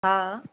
हा